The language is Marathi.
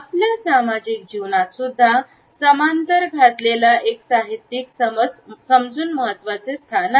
आपल्या सामाजिक जीवनात सुद्धा समांतर घातलेला एक साहित्यिक समज समजून महत्त्वाचे स्थान आहे